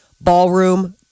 ballroom